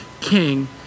king